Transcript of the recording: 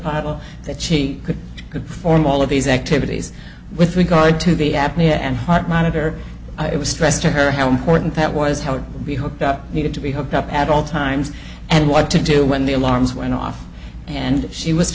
bottle that she could perform all of these activities with regard to the apnea and heart monitor it was stressed to her how important that was how to be hooked up needed to be hooked up at all times and what to do when the alarms went off and she was